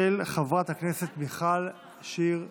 התשפ"א 2021, של חברת הכנסת מיכל שיר סגמן.